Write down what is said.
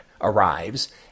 arrives